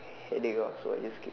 headache ah so I just skip